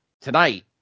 tonight